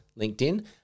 LinkedIn